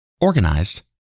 organized